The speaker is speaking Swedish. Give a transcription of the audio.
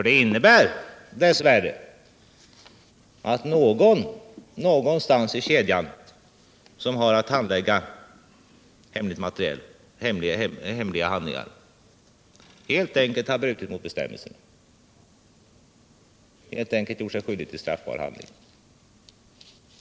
Det innebär dessvärre att någonstans i kedjan har någon som handlägger hemligstämplade handlingar helt enkelt brutit mot bestämmelserna och gjort sig skyldig till en straffbar handling.